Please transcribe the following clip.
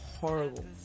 Horrible